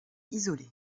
isolée